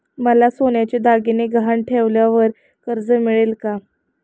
मला सोन्याचे दागिने गहाण ठेवल्यावर कर्ज मिळेल का?